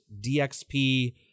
DXP